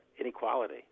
inequality